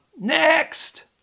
Next